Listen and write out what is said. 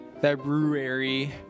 February